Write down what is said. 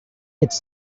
its